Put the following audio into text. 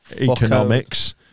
economics